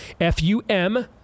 F-U-M